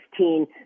2016